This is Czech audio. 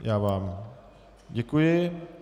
Já vám děkuji.